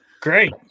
great